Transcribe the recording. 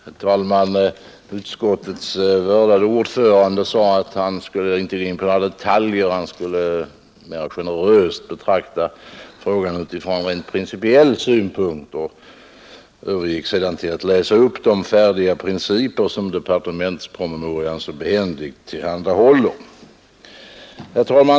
Herr talman! Utskottets vördade ordförande sade att han inte skulle gå in på några detaljer — han skulle mera generöst betrakta frågan utifrån rent principiell synpunkt — och övergick sedan till att läsa upp de färdiga principer som departementspromemorian så behändigt tillhandahåller.